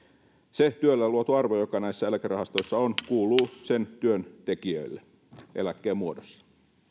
se työllä luotu arvo joka näissä eläkerahastoissa on kuuluu sen työn tekijöille eläkkeen muodossa